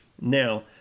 Now